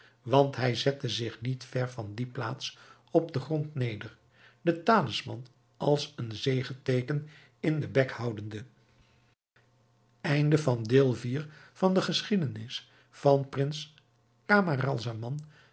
want hij zette zich niet ver van die plaats op den grond neder den talisman als een zegeteeken in den bek houdende